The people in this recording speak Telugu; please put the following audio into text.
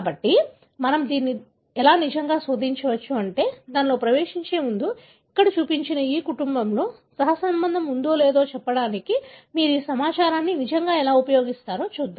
కాబట్టి మనము దానిని నిజంగా శోధించవచ్చు కానీ దానిలోకి ప్రవేశించే ముందు ఇక్కడ చూపించిన ఈ కుటుంబంలో సహసంబంధం ఉందో లేదో చెప్పడానికి మీరు ఈ సమాచారాన్ని నిజంగా ఎలా ఉపయోగిస్తారో చూద్దాం